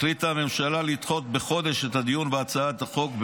החליטה הממשלה לדחות בחודש את הדיון בהצעת החוק.